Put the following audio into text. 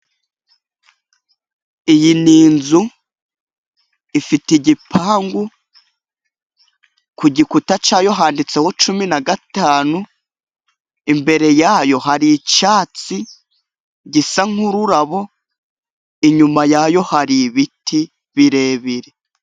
Iyi ni inzu ifite igipangu ku gikuta cyayo handitseho cumi na gatanu. Imbere yayo hari icyatsi, gisa nk'ururabo naho inyuma yayo hari ibiti birebire.